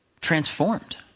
transformed